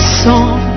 song